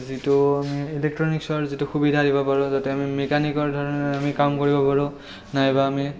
যিটো আমি ইলেক্ট্ৰনিকছৰ যিটো সুবিধা দিব পাৰোঁ যাতে আমি মেকানিকৰ ধৰণে আমি কাম কৰিব পাৰোঁ নাইবা আমি